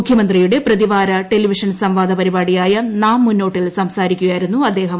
മുഖ്യമന്ത്രിയുടെ പ്രതിവാര ടെലിവിഷൻ സംവാദ പരിപാടിയായ നാം മുന്ന്േുട്ടിന്റെ സംസാരിക്കുകയായിരുന്നു അദ്ദേഹം